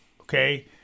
okay